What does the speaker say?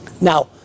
Now